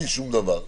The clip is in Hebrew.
בלי שום דבר,